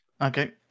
Okay